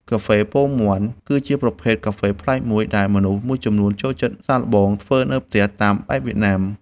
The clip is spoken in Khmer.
កាហ្វេពងមាន់ គឺជាប្រភេទកាហ្វេប្លែកមួយដែលមនុស្សមួយចំនួនចូលចិត្តសាកល្បងធ្វើនៅផ្ទះតាមបែបវៀតណាម។